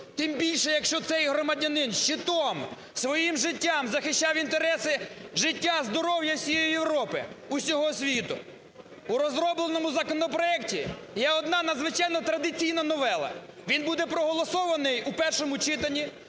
тим більше, якщо цей громадянин щитом, своїм життям захищав інтереси життя, здоров'я всієї Європи, усього світу. У розробленому законопроекті є одна надзвичайно традиційна новела, він буде проголосований у першому читанні,